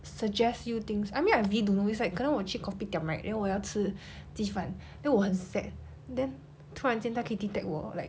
suggest you things I mean like I really don't know it's like 可能我去 kopitiam right then 我要吃鸡饭 then 我很 sad then 突然间他可以 detect 我 like